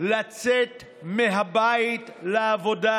לצאת מהבית לעבודה,